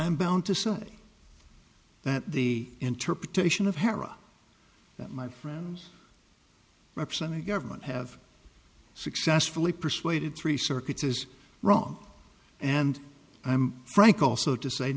i'm bound to say that the interpretation of hara that my friends represented government have successfully persuaded three circuits is wrong and i'm frank also